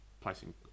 placing